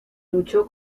luchó